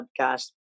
podcast